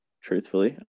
Truthfully